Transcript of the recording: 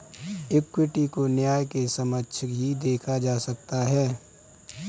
equity को न्याय के समक्ष ही देखा जा सकता है